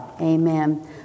Amen